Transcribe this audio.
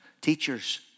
teachers